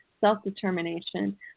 self-determination